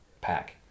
pack